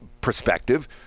perspective